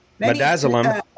Medazolam